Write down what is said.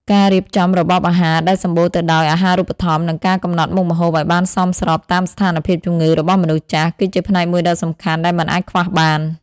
ការរៀបចំរបបអាហារដែលសំបូរទៅដោយអាហារូបត្ថម្ភ និងការកំណត់មុខម្ហូបឱ្យបានសមស្របតាមស្ថានភាពជំងឺរបស់មនុស្សចាស់ គឺជាផ្នែកមួយដ៏សំខាន់ដែលមិនអាចខ្វះបាន។